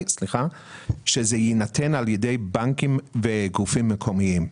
שזה יינתן על ידי בנקים וגופים מקומיים.